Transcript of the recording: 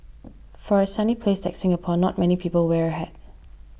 for a sunny place like Singapore not many people wear a hat